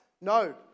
No